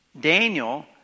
Daniel